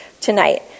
tonight